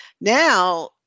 now